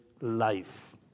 life